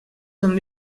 són